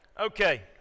Okay